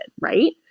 right